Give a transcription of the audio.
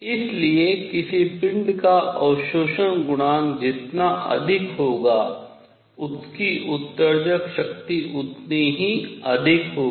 इसलिए किसी पिंड का अवशोषण गुणांक जितना अधिक होगा उसकी उत्सर्जक शक्ति उतनी ही अधिक होगी